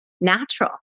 natural